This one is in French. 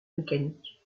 mécanique